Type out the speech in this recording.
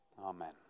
Amen